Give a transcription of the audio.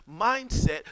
mindset